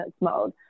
mode